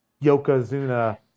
Yokozuna